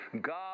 God